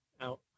out